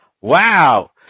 Wow